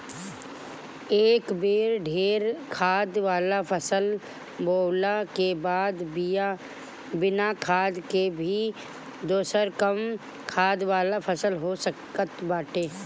एक बेर ढेर खाद वाला फसल बोअला के बाद बिना खाद के भी दोसर कम खाद वाला फसल हो सकताटे